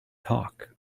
talk